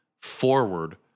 forward